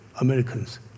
Americans